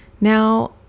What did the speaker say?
now